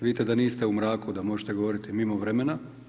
Vidite da niste u mraku da možete govoriti mimo vremena.